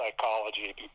psychology